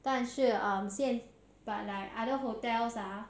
但是 um 现 but like other hotels ah